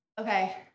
Okay